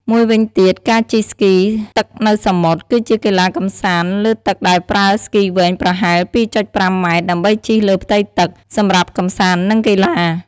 មួយវិញទៀតការជិះស្គីទឹកនៅសមុទ្រ គឺជាកីឡាកម្សាន្តលើទឹកដែលប្រើស្គីវែងប្រហែល ២.៥ ម៉ែត្រ ដើម្បីជិះលើផ្ទៃទឹក សម្រាប់កំសាន្ត និងកីឡា។